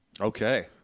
Okay